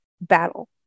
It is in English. battle